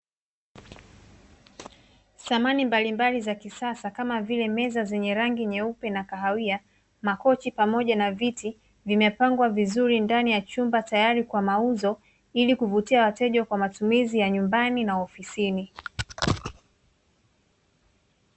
Samani mbalimbali za kisasa kama vile meza zenye rangi nyeupe na kahawia, makochi pamoja na viti vimepangwa vizuri ndani ya chumba tayari kwa mauzo, ili kuvutia wateja kwa matumizi ya nyumbani na ofisini.